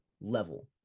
level